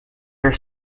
are